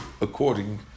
according